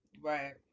Right